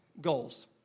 goals